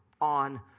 on